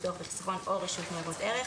בטוח וחיסכון או רשות ניירות ערך".